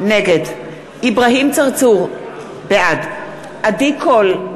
נגד אברהים צרצור, בעד עדי קול,